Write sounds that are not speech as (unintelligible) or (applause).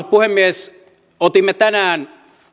(unintelligible) puhemies otimme tänään